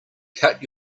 cut